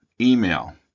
email